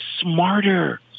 smarter